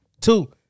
Two